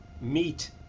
meet